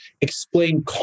explain